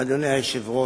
אדוני היושב-ראש,